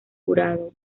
jurado